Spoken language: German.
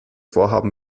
vorhaben